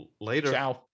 Later